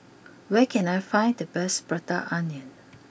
where can I find the best Prata Onion